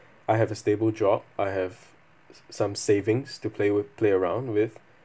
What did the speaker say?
I have a stable job I have s~ some savings to play with play around with